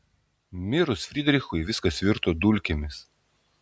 mirus frydrichui viskas virto dulkėmis